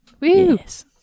yes